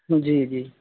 جی جی